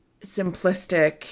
simplistic